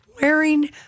wearing